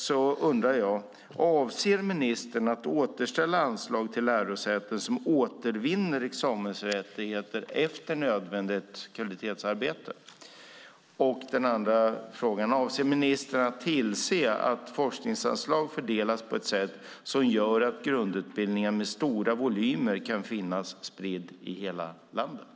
Då undrar jag: Avser ministern att återställa anslag till lärosäten som återvinner examensrättigheter efter nödvändigt kvalitetsarbete? Den andra frågan: Avser ministern att tillse att forskningsanslag fördelas på ett sätt som gör att grundutbildningar med stora volymer kan finnas spridda i hela landet?